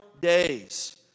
days